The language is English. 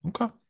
Okay